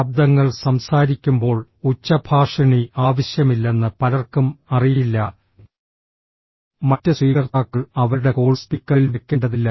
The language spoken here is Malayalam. ശബ്ദങ്ങൾ സംസാരിക്കുമ്പോൾ ഉച്ചഭാഷിണി ആവശ്യമില്ലെന്ന് പലർക്കും അറിയില്ല മറ്റ് സ്വീകർത്താക്കൾ അവരുടെ കോൾ സ്പീക്കറിൽ വെക്കേണ്ടതില്ല